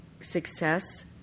success